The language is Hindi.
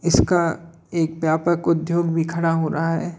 इसका एक व्यापक उद्योग भी खड़ा हो रहा है